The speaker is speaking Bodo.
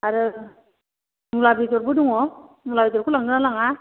आरो मुला बेदरबो दङ मुला बेदरखौ लानोना लाङा